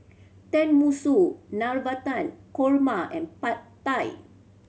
Tenmusu Navratan Korma and Pad Thai